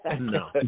No